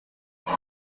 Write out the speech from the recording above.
muri